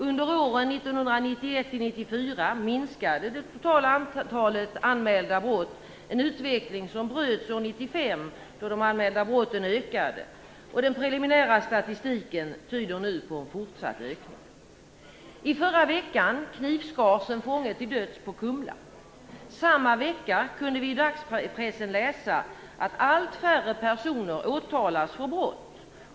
Under åren 1991-94 minskade det totala antalet anmälda brott, en utveckling som bröts år 1995 då de anmälda brotten ökade. Den preliminära statistiken tyder nu på en fortsatt ökning." I förra veckan knivskars en fånge till döds på Kumla. Samma vecka kunde vi i dagspressen läsa: "Allt färre personer åtalas för brott.